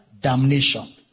damnation